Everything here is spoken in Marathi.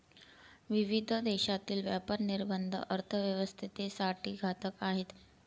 विविध देशांतील व्यापार निर्बंध अर्थव्यवस्थेसाठी घातक आहेत